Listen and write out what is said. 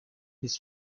his